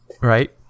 Right